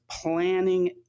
planning